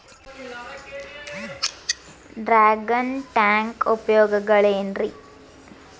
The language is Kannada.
ಡ್ರ್ಯಾಗನ್ ಟ್ಯಾಂಕ್ ಉಪಯೋಗಗಳೆನ್ರಿ?